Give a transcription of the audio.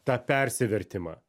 tą persivertimą